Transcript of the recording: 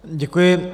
Děkuji.